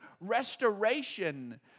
restoration